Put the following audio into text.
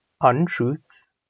untruths